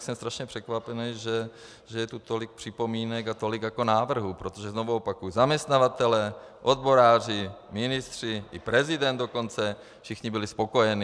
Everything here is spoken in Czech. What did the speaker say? Jsem strašně překvapený, že je tady tolik připomínek a tolik návrhů, protože znovu opakuji zaměstnavatelé, odboráři, ministři i prezident dokonce, všichni byli spokojení.